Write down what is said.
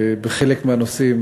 בחלק מהנושאים,